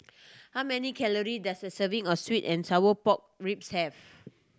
how many calorie does a serving of sweet and sour pork ribs have